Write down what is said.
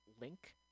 link